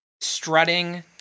strutting